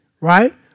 right